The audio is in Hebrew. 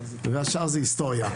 והשאר זה היסטוריה.